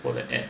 for the ad